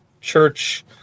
church